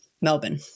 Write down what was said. Melbourne